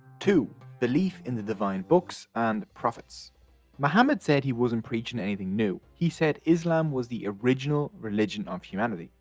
two belief in the divine books and prophets muhammad said he wasn't preaching anything new. he said islam was the original religion of humanity.